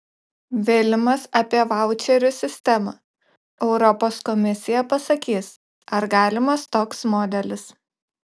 vilimas apie vaučerių sistemą europos komisija pasakys ar galimas toks modelis